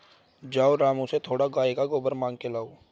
जाओ रामू से थोड़ा गाय का गोबर मांग के लाओ